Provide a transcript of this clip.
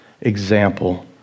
example